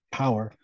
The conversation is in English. power